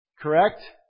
Correct